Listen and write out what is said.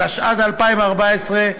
התשע"ד 2014,